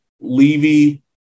Levy